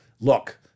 look